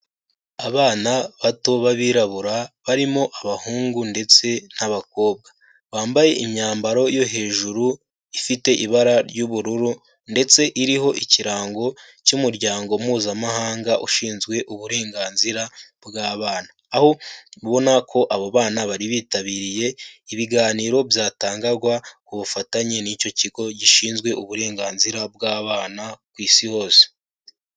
Abana bato b'abirabura barimo abahungu ndetse n'abakobwa bambaye imyambaro yo hejuru ifite ibara ry'ubururu ndetse iriho ikirango cy'umuryango mpuzamahanga ushinzwe uburenganzira bw'abana. Aho ubona ko abo bana baribitabiriye ibiganiro byatangagwa ku bufatanye n'icyo kigo gishinzwe uburenganzira bw'abana ku Isi hose.